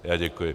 Já děkuji.